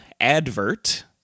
Advert